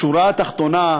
בשורה התחתונה,